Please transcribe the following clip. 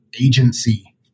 agency